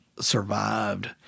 survived